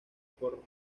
pero